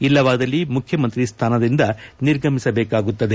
ಇಲ್ಲವಾದಲ್ಲಿ ಮುಖ್ಯಮಂತ್ರಿ ಸ್ಲಾನದಿಂದ ನಿರ್ಗಮಿಸಬೇಕಾಗುತ್ತದೆ